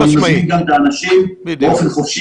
-- אני מזמין גם את האנשים באופן חופשי